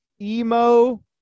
Emo